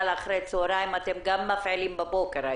פעלו אחר הצהריים אתם גם מפעילים בבוקר?